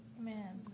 amen